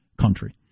country